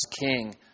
king